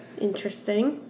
Interesting